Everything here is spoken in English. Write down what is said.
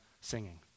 singing